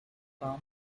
palms